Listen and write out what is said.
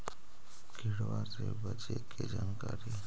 किड़बा से बचे के जानकारी?